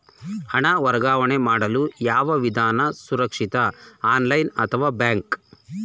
ಹಣ ವರ್ಗಾವಣೆ ಮಾಡಲು ಯಾವ ವಿಧಾನ ಸುರಕ್ಷಿತ ಆನ್ಲೈನ್ ಅಥವಾ ಬ್ಯಾಂಕ್?